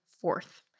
fourth